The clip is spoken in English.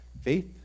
faith